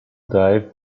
dive